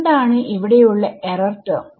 എന്താണ് ഇവിടെയുള്ള error term